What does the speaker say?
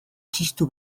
txistu